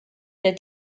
der